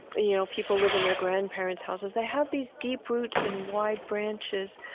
you know people live in their grandparents' houses. they have these deep roots and wide branches.